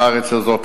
בארץ הזאת,